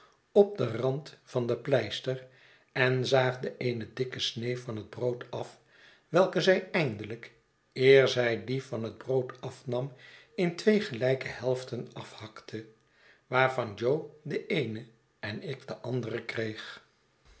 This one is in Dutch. op den rand van de pleister en zaagde eene dikke snee van het brood af welke zij eindelijk eer zij die van het brood afnam in twee gelijke helften afhakte waarvan jo de eene en ik de andere kreesc